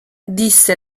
disse